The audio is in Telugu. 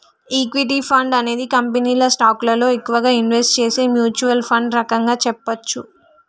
ఈక్విటీ ఫండ్ అనేది కంపెనీల స్టాకులలో ఎక్కువగా ఇన్వెస్ట్ చేసే మ్యూచ్వల్ ఫండ్ రకంగా చెప్పచ్చు